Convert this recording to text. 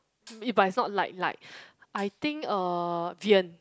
eh but it's not light light I think uh Vian